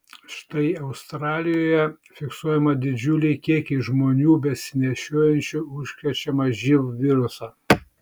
štai australijoje fiksuojami didžiuliai kiekiai žmonių besinešiojančių užkrečiamą živ virusą